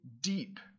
deep